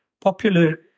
popular